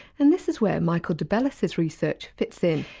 and this is where michael debellis's research fits in.